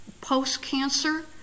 post-cancer